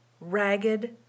ragged